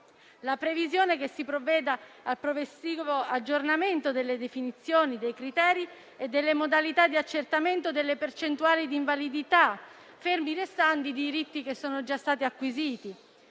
la previsione che si provveda al progressivo aggiornamento delle definizioni dei criteri e delle modalità di accertamento delle percentuali di invalidità, fermi restando i diritti che sono già stati acquisiti.